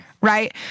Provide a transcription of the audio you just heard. right